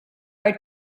are